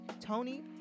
Tony